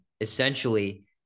essentially